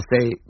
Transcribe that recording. say